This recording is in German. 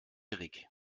erik